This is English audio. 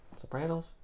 Sopranos